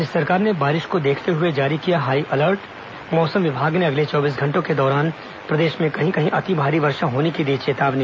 राज्य सरकार ने बारिश को देखते हए जारी किया हाईअलर्ट मौसम विभाग ने अगले चौबीस घंटों के दौरा प्रदेश में कहीं कहीं अति भारी वर्षा होने की दी चेतावनी